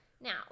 now